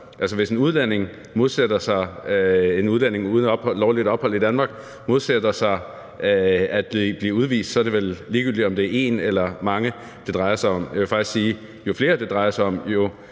hvis en udlænding uden lovligt ophold i Danmark modsætter sig at blive udvist, er det vel ligegyldigt, om det er en eller mange, det drejer sig om. Jeg vil faktisk sige, at jo flere det drejer sig om,